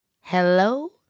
Hello